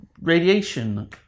radiation